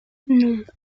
non